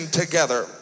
together